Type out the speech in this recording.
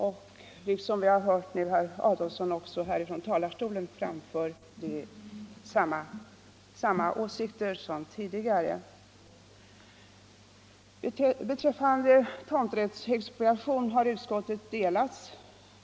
Herr Adolfsson har nu också här från talarstolen framfört samma åsikter. Beträffande tomträttsexpropriation har utskottet delats.